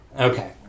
Okay